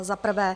Za prvé.